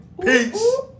Peace